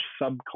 subculture